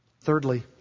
Thirdly